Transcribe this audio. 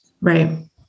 Right